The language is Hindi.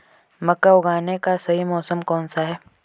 मक्का उगाने का सही मौसम कौनसा है?